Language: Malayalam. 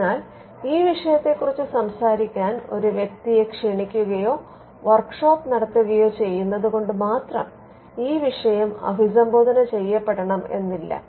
അതിനാൽ ഈ വിഷയത്തെ കുറിച്ച് സംസാരിക്കാൻ ഒരു വ്യക്തിയെ ക്ഷണിക്കുകയോ വർക്ക് ഷോപ്പ് നടത്തുകയോ ചെയ്യുന്നത് കൊണ്ട് മാത്രം ഈ വിഷയം അഭിസംബോധന ചെയ്യപ്പെടണം എന്നില്ല